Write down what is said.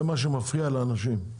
זה מה שמפריע לאנשים.